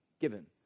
given